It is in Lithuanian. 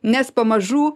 nes pamažu